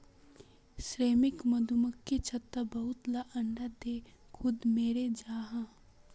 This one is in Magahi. श्रमिक मधुमक्खी छत्तात बहुत ला अंडा दें खुद मोरे जहा